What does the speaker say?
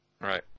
right